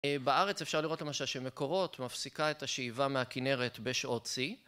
בארץ אפשר לראות למשל שמקורות מפסיקה את השאיבה מהכינרת בשעות שיא